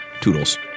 toodles